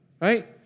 right